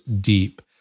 deep